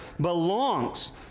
belongs